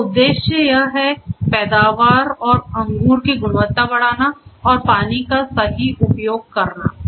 तो उद्देश्य है पैदावार और अंगूर की गुणवत्ता बढ़ाना और पानी का सही उपयोग करना है